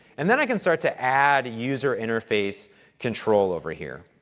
and then i can start to add user interface control over here.